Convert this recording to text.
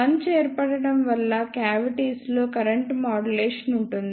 bunch ఏర్పడటం వల్ల క్యావిటీలో కరెంట్ మాడ్యులేషన్ ఉంటుంది